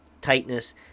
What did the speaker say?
tightness